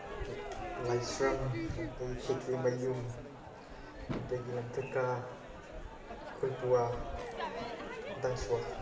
ꯂꯥꯏꯁ꯭ꯔꯝ ꯑꯗꯒꯤ ꯈꯦꯇ꯭ꯔꯤꯃꯌꯨꯝ ꯑꯗꯒꯤ ꯂꯝꯊꯀꯥ ꯈꯨꯔꯄꯨꯋꯥ ꯗꯪꯁꯋꯥ